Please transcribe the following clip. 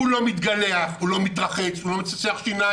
הוא לא מתגלח, הוא לא מתרחץ, הוא לא מצחצח שיניים,